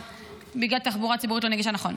נכון.